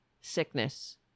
sickness